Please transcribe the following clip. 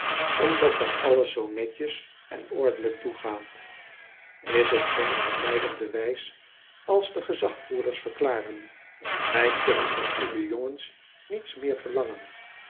omdat daar alles zoo netjes en ordelijk toegaat k is het geen verblijdend bewijs als de gezagvoerders verklaren wij kunnen van uwe jongens niets meer verlangen